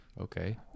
Okay